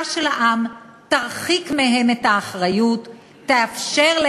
ששוב תבטיח לציבור איזושהי תקווה קלושה שבסופו